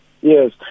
Yes